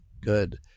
good